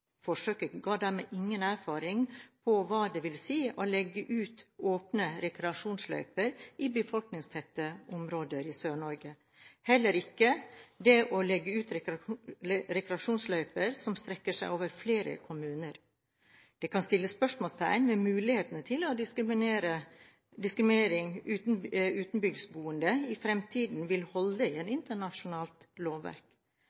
ga dermed ingen erfaringer med hva det vil si å legge ut åpne rekreasjonsløyper i befolkningstette områder i Sør-Norge, heller ikke med det å legge ut rekreasjonsløyper som strekker seg over flere kommuner. Det kan stilles spørsmål ved om muligheten til å diskriminere utenbygdsboende i fremtiden vil holde i et internasjonalt lovverk.